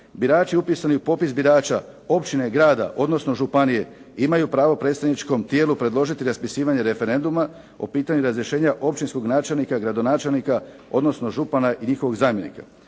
"Birači upisani u popis birača općine, grada odnosno županije imaju pravo predstavničkom tijelu predložiti raspisivanje referenduma o pitanju razrješenja općinskog načelnika, gradonačelnika odnosno župana i njihovog zamjenika."